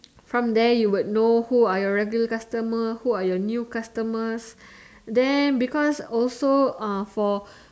from there you would know who are your regular customer who are your new customers then because also uh for